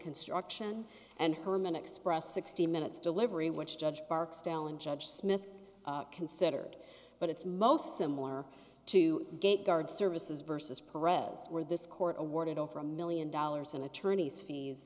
construction and herman express sixty minutes delivery which judge barksdale and judge smith considered but it's most similar to gate guard services versus paradis where this court awarded over a million dollars in attorney's fees